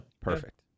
perfect